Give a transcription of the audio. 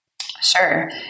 Sure